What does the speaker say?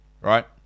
right